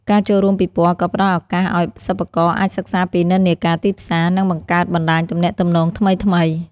ការចូលរួមពិព័រណ៍ក៏ផ្តល់ឱកាសឱ្យសិប្បករអាចសិក្សាពីនិន្នាការទីផ្សារ និងបង្កើតបណ្ដាញទំនាក់ទំនងថ្មីៗ។